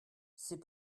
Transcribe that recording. c’est